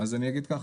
אז אני אגיד ככה,